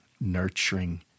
nurturing